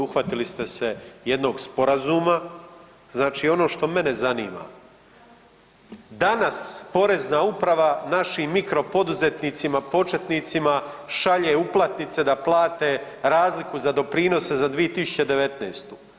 Uhvatili ste se jednog sporazuma, znači ono što mene zanima, danas porezna uprava našim mikro poduzetnicima, početnicima, šalje uplatnice da plate razliku za doprinose za 2019.